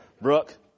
Brooke